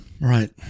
Right